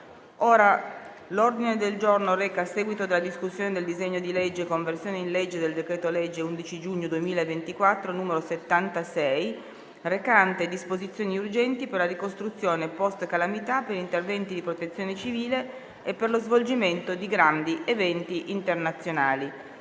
V. testo 2 Il Senato, in sede di esame del disegno di legge di conversione in legge del decreto-legge 11 giugno 2024, n. 76, recante disposizioni urgenti per la ricostruzione post-calamità, per interventi di protezione civile e per lo svolgimento di grandi eventi internazionali